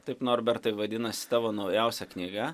taip norbertai vadinasi tavo naujausia knyga